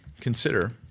consider